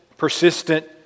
persistent